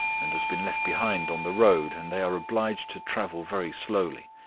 and has been left behind on the road, and they are obliged to travel very slowly.